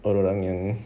orang yang